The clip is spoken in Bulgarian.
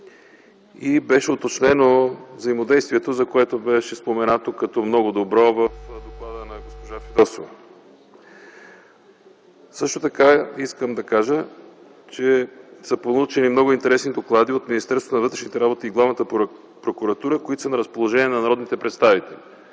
и беше уточнено взаимодействието, което беше споменато като много добро в доклада на госпожа Фидосова. Също така искам да кажа, че са получени много интересни доклади от Министерството на вътрешните работи и Главната прокуратура, които са на разположение на народните представители.